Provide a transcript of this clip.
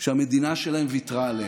שהמדינה שלהם ויתרה עליהם.